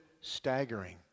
staggering